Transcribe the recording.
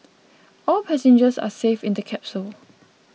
all passengers are safe in the capsule